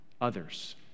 others